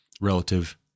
relative